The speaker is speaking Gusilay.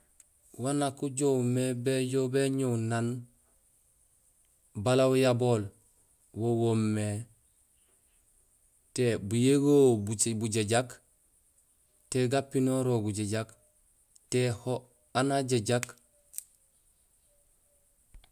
Waan nakmé ujoow béñoow naan bala uyabool, wo woomé téé buyégéhool bujajaak, téé gapinorool gujajaak, téé hó aan ajajaak.